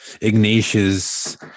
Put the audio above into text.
ignatius